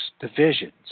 divisions